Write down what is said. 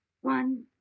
One